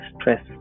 stress